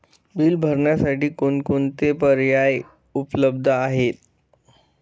Bill भरण्यासाठी कोणकोणते पर्याय उपलब्ध आहेत?